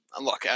Look